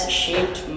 shaped